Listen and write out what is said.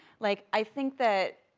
like, i think that,